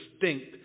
distinct